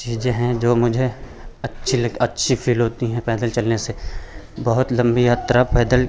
चीज़ें है जो मुझे अच्छी लग अच्छी फील होती हैं पैदल चलने से बहुत लम्बी यात्रा पैदल